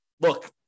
look